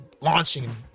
launching